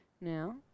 now